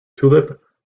tulip